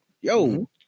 yo